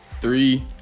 three